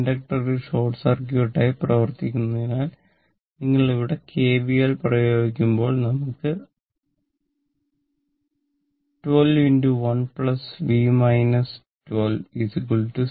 inductor ഒരു short circuit ആയി പ്രവർത്തിക്കുന്നതിനാൽ നിങ്ങൾ ഇവിടെ കെവിഎൽ പ്രയോഗിക്കുമ്പോൾ നമുക്ക് 12 1 v 12 0